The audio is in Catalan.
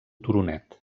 turonet